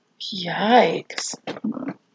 Yikes